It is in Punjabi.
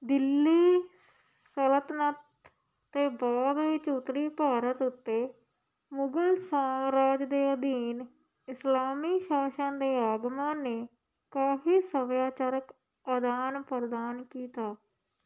ਦਿੱਲੀ ਸਲਤਨਤ ਅਤੇ ਬਾਅਦ ਵਿੱਚ ਉੱਤਰੀ ਭਾਰਤ ਉੱਤੇ ਮੁਗਲ ਸਾਮਰਾਜ ਦੇ ਅਧੀਨ ਇਸਲਾਮੀ ਸ਼ਾਸ਼ਨ ਦੇ ਆਗਮਨ ਨੇ ਕਾਫ਼ੀ ਸੱਭਿਆਚਾਰਕ ਆਦਾਨ ਪ੍ਰਦਾਨ ਕੀਤਾ